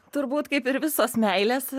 turbūt kaip ir visos meilės